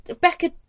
becca